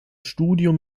studium